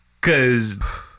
cause